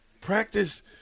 Practice